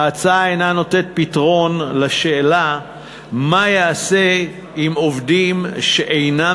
ההצעה אינה נותנת פתרון לשאלה מה ייעשה עם עובדים שאינם